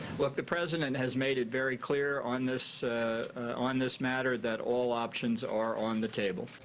look, the president has made it very clear on this on this matter that all options are on the table.